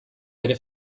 bere